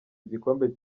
igikombe